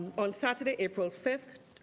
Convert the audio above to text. on saturday, april five,